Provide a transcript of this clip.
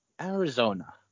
arizona